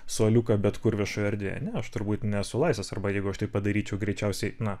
suoliuką bet kur viešoj erdvėj ne aš turbūt nesu laisvas arba jeigu aš taip padaryčiau greičiausiai na